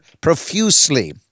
profusely